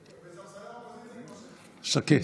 בספסלי האופוזיציה, שקט.